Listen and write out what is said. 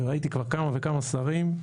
ראיתי כבר כמה וכמה שרים.